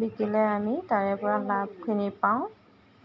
বিকিলে আমি তাৰেপৰা লাভখিনি পাওঁ